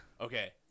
Okay